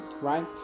right